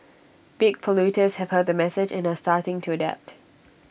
big polluters have heard the message and are starting to adapt